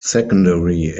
secondary